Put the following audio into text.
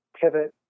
pivot